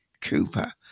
Cooper